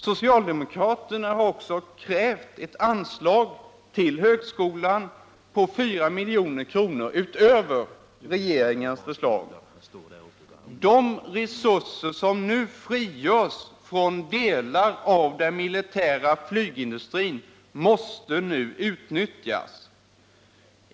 Socialdemokraterna har också krävt ett anslag till högskolan som med fyra miljoner överstiger regeringens förslag. De resurser som nu frigörs från delar av den militära flygindustrin måste utnyttjas.